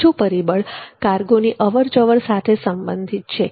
બીજો પરિબળ કાર્ગોની અવરજવર સાથે સંબંધિત છે